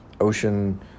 ocean